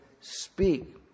speak